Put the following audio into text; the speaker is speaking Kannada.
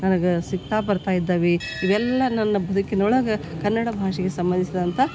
ನನಗೆ ಸಿಗ್ತಾ ಬರ್ತಾ ಇದ್ದವೆ ಇವೆಲ್ಲ ನನ್ನ ಬದುಕಿನೊಳಗೆ ಕನ್ನಡ ಭಾಷೆಗೆ ಸಂಬಂಧಿಸಿದಂಥ